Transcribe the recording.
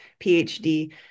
PhD